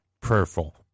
prayerful